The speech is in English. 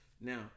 Now